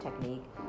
technique